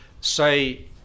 Say